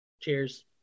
Cheers